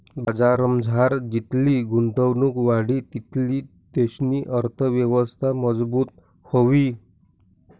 बजारमझार जितली गुंतवणुक वाढी तितली देशनी अर्थयवस्था मजबूत व्हयी